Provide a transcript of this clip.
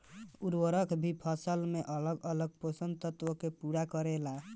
उर्वरक भी फसल में अलग अलग पोषण तत्व के पूरा करेला